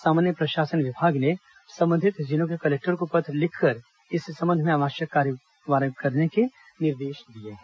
सामान्य प्रशासन विभाग ने संबंधित जिलों के कलेक्टर को पत्र लिखकर इस संबंध में आवश्यक कार्रवाई करने के निर्देश दिए हैं